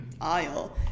aisle